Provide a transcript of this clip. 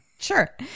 sure